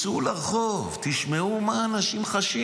צאו לרחוב, תשמעו מה אנשים חשים.